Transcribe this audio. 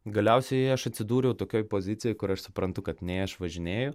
galiausiai aš atsidūriau tokioj pozicijoj kur aš suprantu kad nei aš važinėju